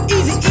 Easy